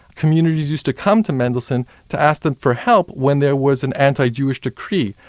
communities used to come to mendelssohn to ask him for help when there was an anti-jewish decree,